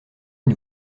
une